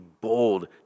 bold